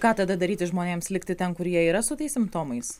ką tada daryti žmonėms likti ten kur jie yra su tais simptomais